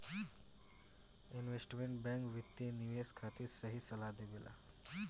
investment bank वित्तीय निवेश खातिर सही सलाह देबेला